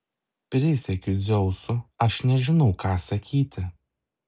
prisiekiu dzeusu aš nežinau ką sakyti